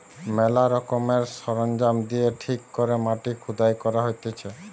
ম্যালা রকমের সরঞ্জাম দিয়ে ঠিক করে মাটি খুদাই করা হতিছে